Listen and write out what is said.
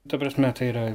ta prasme tai yra